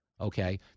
Okay